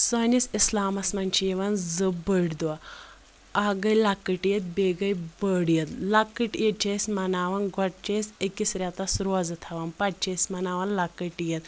سٲنِس اِسلامَس منٛز چھِ یِوان زٕ بٔڑۍ دۄہ اَکھ گٔیہِ لَکٕٹ عیٖد بیٚیہِ گٔیہِ بٔڑ عیٖد لَکٕٹ عیٖد چھِ أسۍ مَناوان گۄڈٕ چھِ أسۍ أکِس رؠتَس روزٕ تھاوان پَتہٕ چھِ أسۍ مَناوان لَکٕٹ عیٖد